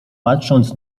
patrząc